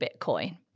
Bitcoin